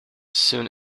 soon